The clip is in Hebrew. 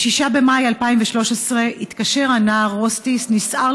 ב-6 במאי 2013 התקשר הנער רוסטיס נסער